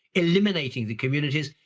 eliminating the communities,